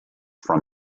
from